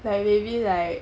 like maybe like